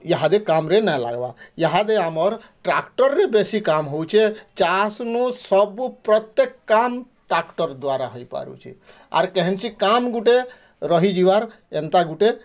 ଇହାଦେ କାମ୍ ରେ ନା ଲାଗବାର୍ ଇହାଦେ ଆମର୍ ଟ୍ରାକ୍ଟର୍ରେ ବେଶୀ କାମ୍ ହଉଛେ ଚାଷ୍ ନୁ ସବୁ ପ୍ରତ୍ୟକ କାମ୍ ଟ୍ରାକ୍ଟର୍ ଦ୍ଵାରା ହେଇପାରୁଛି ଆର କେନ୍ସି କାମ୍ ଗୁଟେ ରହିଯିବାର୍ ଏନ୍ତା ଗୁଟେ